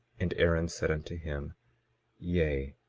and aaron said unto him yea,